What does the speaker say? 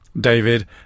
David